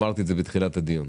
אמרתי את זה בתחילת הדיון,